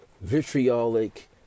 vitriolic